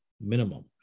minimum